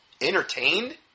Entertained